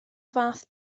fath